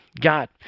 God